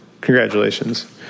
congratulations